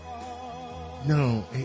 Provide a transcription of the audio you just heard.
no